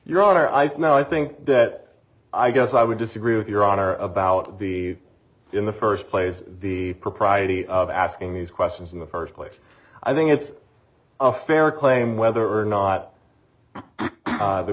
honor i know i think that i guess i would disagree with your honor about the in the first place the propriety of asking these questions in the first place i think it's a fair claim whether or not